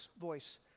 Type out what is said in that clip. voice